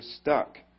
stuck